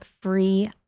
free